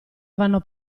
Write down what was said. vanno